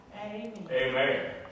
Amen